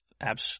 apps